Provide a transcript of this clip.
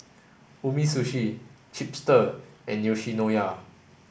Umisushi Chipster and Yoshinoya